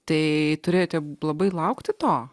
tai turėjote labai laukti to